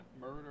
Murder